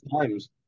times